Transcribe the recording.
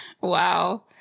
Wow